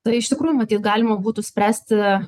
tai iš tikrųjų matyt galima būtų spręsti